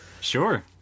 Sure